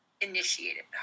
initiated